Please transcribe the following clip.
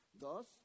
Thus